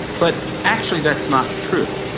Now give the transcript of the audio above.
but actually that's not true.